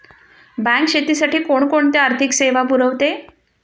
Bank शेतीसाठी कोणकोणत्या आर्थिक सेवा पुरवते?